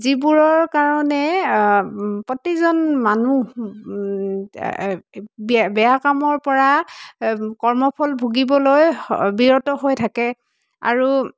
যিবোৰৰ কাৰণে প্ৰতিজন মানুহ বে বেয়া কামৰ পৰা কৰ্মফল ভুগিবলৈ বিৰত হৈ থাকে আৰু